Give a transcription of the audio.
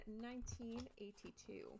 1982